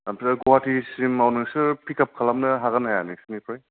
ओमफाय गुवाटिसिमाव नोंसोर पिकाप खालामनो हागोनना हाया नोंसोरनिफ्राय